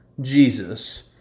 jesus